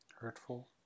hurtful